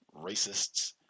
racists